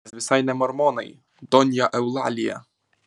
mes visai ne mormonai donja eulalija